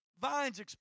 Vine's